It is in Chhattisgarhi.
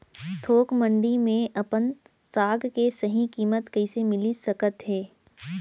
थोक मंडी में अपन साग के सही किम्मत कइसे मिलिस सकत हे?